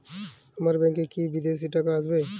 আমার ব্যংকে কি বিদেশি টাকা আসবে?